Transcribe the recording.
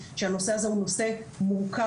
שהנושא הזה הוא נושא מורכב,